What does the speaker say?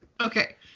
Okay